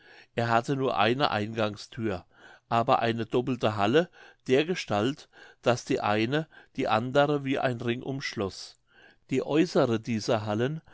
er hatte nur eine eingangsthür aber eine doppelte halle dergestalt daß die eine die andere wie ein ring umschloß die äußere dieser hallen